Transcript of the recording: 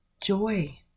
joy